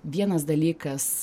vienas dalykas